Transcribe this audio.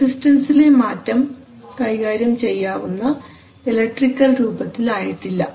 റെസിസ്റ്റൻസ്സിലെ മാറ്റം കൈകാര്യം ചെയ്യാവുന്ന ഇലക്ട്രിക്കൽ രൂപത്തിൽ ആയിട്ടില്ല